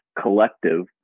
collective